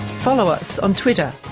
follow us on twitter,